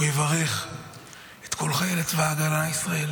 הוא יברך את כל חיילי צבא ההגנה לישראל